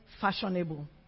fashionable